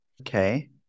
Okay